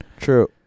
True